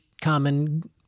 common